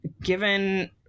given